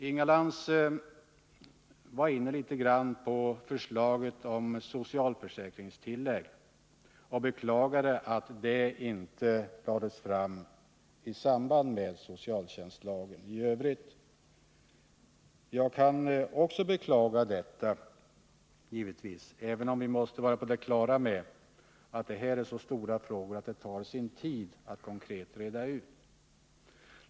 Inga Lantz var inne lite grand på förslaget om socialförsäkringstillägg och beklagade att det inte lades fram i samband med socialtjänstlagen i övrigt. Jag kan givetvis också beklaga detta, även om vi måste vara på det klara med att det gäller så stora frågor att de tar sin tid att konkret reda ut.